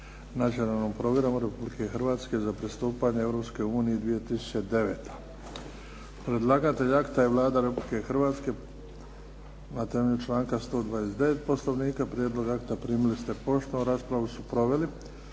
nacionalnom programu Republike Hrvatske za pristupanje Europskoj uniji – 2009. godina Predlagatelj akta je Vlada Republike Hrvatske na temelju članka 129. Poslovnika. Prijedlog akta primili ste poštom. Raspravu su proveli